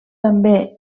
també